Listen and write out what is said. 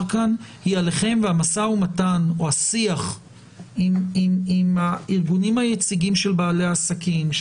כאן היא עליכם והמשא ומתן או השיח עם הארגונים היציגים של בעלי העסקים,